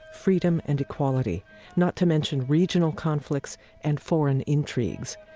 freedom, and equality not to mention regional conflicts and foreign intrigues.